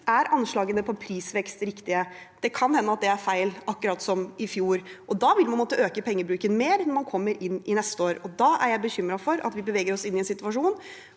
Er anslagene for prisvekst riktige? Det kan hende at de er feil, akkurat som i fjor. Da vil man måtte øke pengebruken mer når man kommer inn i neste år. Da er jeg bekymret for at vi beveger oss inn i en situasjon